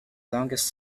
longest